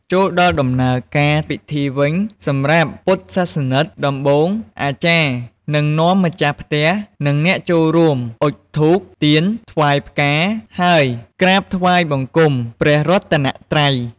ចូលដល់ដំណើរការពិធីវិញ សម្រាប់ពុទ្ធសាសនិក ដំបូងអាចារ្យនឹងនាំម្ចាស់ផ្ទះ និងអ្នកចូលរួម អុជធូប ទៀន ថ្វាយផ្កា ហើយ វក្រាបថ្វាយបង្គំ ព្រះរតនត្រ័យ។